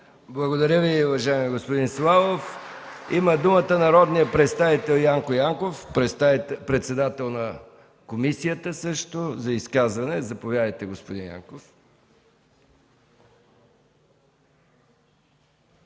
Благодаря Ви, уважаеми господин Славов. Има думата народният представител Янко Янков, председател на комисията, за изказване. Заповядайте, господин Янков.